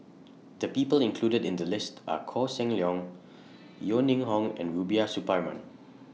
The People included in The list Are Koh Seng Leong Yeo Ning Hong and Rubiah Suparman